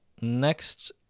Next